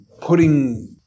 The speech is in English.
putting